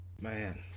man